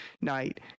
night